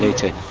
to